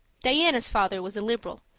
diana's father was a liberal,